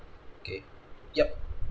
okay ya